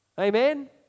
Amen